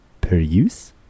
Peruse